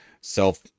self